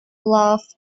loved